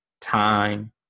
time